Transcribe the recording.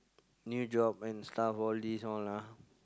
new job and stuff all this all lah